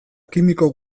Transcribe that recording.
kimiko